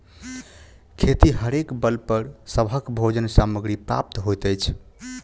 खेतिहरेक बल पर सभक भोजन सामग्री प्राप्त होइत अछि